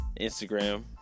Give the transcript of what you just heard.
Instagram